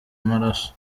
amaraso